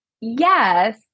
yes